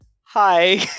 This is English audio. Hi